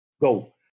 go